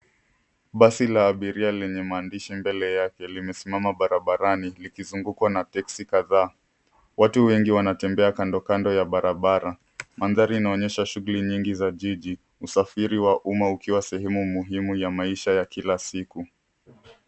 Basi la abiria lenye maandishi mbele yake limesimama barabarani likizungukwa na teksi kadhaa. Watu wengi wanatembea kando ya barabara. Mandhari inaonyesha shughuli nyingi za jiji, usafiri wa umma ukiwa sehemu muhimu ya maisha ya kila siku.